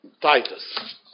Titus